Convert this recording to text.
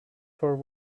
for